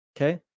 Okay